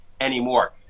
anymore